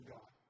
God